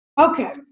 Okay